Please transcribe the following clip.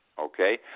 okay